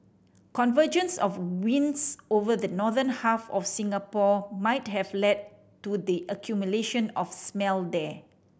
convergence of winds over the northern half of Singapore might have led to the accumulation of smell there